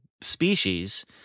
species